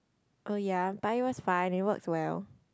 oh ya but it was fine it works well